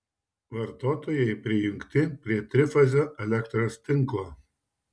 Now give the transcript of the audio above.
vartotojui prijungti prie trifazio elektros tinklo